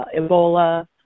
Ebola